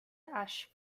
ash